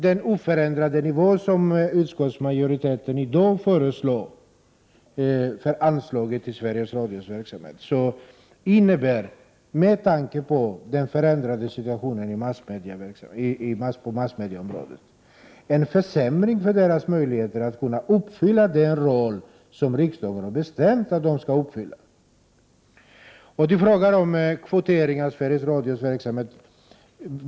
Den oförändrade nivå som utskottsmajoriteten föreslår för anslaget till Sveriges Radios verksamhet innebär, med tanke på den förändrade situationen på massmediaområdet, en försämring av koncernens möjligheter att uppfylla den roll som riksdagen har bestämt att den skall fylla. Så till frågan om kvotering av Sveriges Radios verksamhet.